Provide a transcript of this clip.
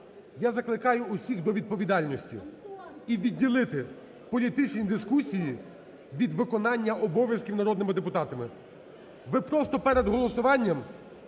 Я закликаю усіх до відповідальності і відділити політичні дискусії від виконання обов'язків народними депутатами. Ви просто перед голосуванням